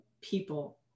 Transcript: people